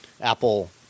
Apple